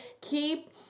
keep